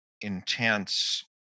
intense